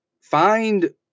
find